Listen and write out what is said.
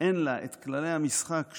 אין כללי המשחק שלה,